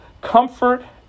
comfort